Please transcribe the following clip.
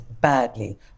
badly